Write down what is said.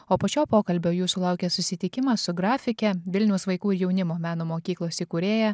o po šio pokalbio jūsų laukia susitikimas su grafike vilniaus vaikų ir jaunimo meno mokyklos įkūrėja